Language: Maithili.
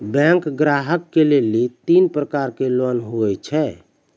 बैंक ग्राहक के लेली तीन प्रकर के लोन हुए छै?